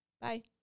Bye